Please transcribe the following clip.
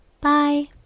bye